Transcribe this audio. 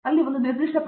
ಪ್ರತಾಪ್ ಹರಿಡೋಸ್ ಸರಿ